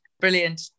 Brilliant